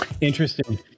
Interesting